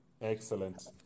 Excellent